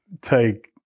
take